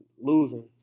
losing